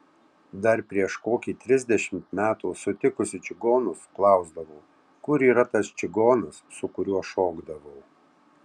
dar prieš kokį trisdešimt metų sutikusi čigonus klausdavau kur yra tas čigonas su kuriuo šokdavau